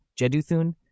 Jeduthun